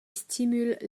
stimule